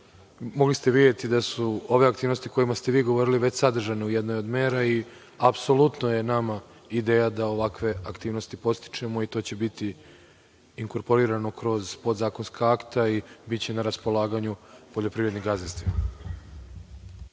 mogli ste videti da su ove aktivnosti o kojima ste vi govorili već sadržane u jednoj od mera i apsolutno je nama ideja da ovakve aktivnosti podstičemo. To će biti inkorporirano kroz podzakonska akta i biće na raspolaganju poljoprivrednim gazdinstvima.